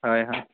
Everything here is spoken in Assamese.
হয় হয়